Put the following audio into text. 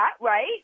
right